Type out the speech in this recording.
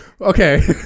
Okay